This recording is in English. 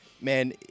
man